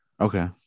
Okay